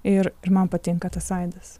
ir ir man patinka tas aidas